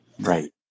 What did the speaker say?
Right